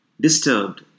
Disturbed